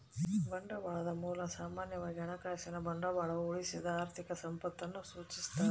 ಬಂಡವಾಳದ ಮೂಲ ಸಾಮಾನ್ಯವಾಗಿ ಹಣಕಾಸಿನ ಬಂಡವಾಳವು ಉಳಿಸಿದ ಆರ್ಥಿಕ ಸಂಪತ್ತನ್ನು ಸೂಚಿಸ್ತದ